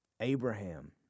Abraham